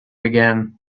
began